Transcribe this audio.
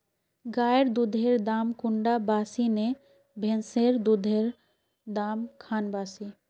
गायेर दुधेर दाम कुंडा बासी ने भैंसेर दुधेर र दाम खान बासी?